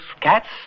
cats